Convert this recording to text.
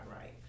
right